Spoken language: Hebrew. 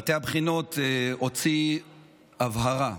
מטה הבחינות הוציא הבהרה,